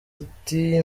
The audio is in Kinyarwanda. ati